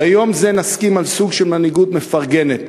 ביום זה נסכים על סוג של מנהיגות מפרגנת,